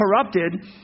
corrupted